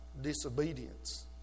disobedience